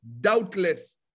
doubtless